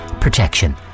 Protection